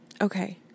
Okay